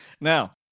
Now